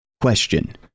Question